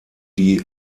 die